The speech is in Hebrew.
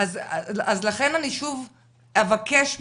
אז לכן אני שוב אבקש ממך,